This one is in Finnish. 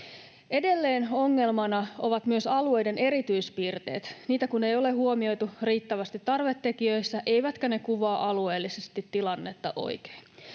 Edelleen ongelmana ovat myös alueiden erityispiirteet, niitä kun ei ole huomioitu riittävästi tarvetekijöissä eivätkä ne kuvaa alueellisesti tilannetta oikein.